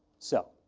so.